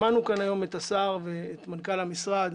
שמענו היום את ואת מנכ"ל המשרד.